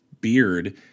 beard